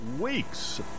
weeks